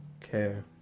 care